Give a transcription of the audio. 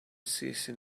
seizing